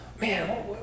man